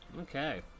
Okay